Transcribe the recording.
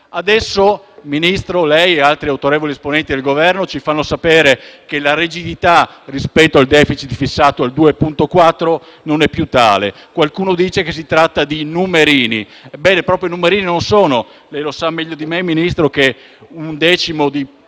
Adesso, Ministro, lei e altri autorevoli esponenti del Governo comunicate che la rigidità rispetto al *deficit* fissato al 2,4 per cento non è più tale. Qualcuno dice che si tratta di numerini. Ebbene proprio numerini non sono. Lei lo sa meglio di me, Ministro, che un decimo di